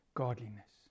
godliness